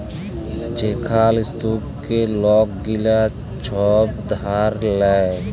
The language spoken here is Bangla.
যেখাল থ্যাইকে লক গিলা ছব ধার লেয়